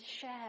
share